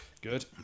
Good